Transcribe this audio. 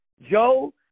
Joe